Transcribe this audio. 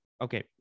okay